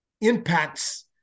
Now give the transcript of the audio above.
impacts